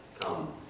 come